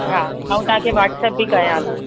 हा ऐं तव्हांखे वॉट्सअप बि कयां थो